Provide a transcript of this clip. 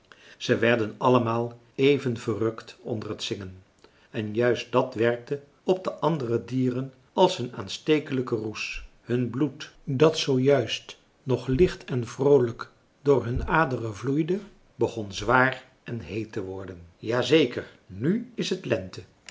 ze werden allemaal even verrukt onder het zingen en juist dàt werkte op de andere dieren als een aanstekelijke roes hun bloed dat zoo juist nog licht en vroolijk door hun aderen vloeide begon zwaar en heet te worden ja zeker nu is het lente